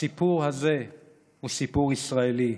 הסיפור הזה הוא סיפור ישראלי.